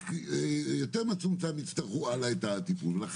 קבוצה יותר מצומצמת תצטרך את הטיפול הלאה.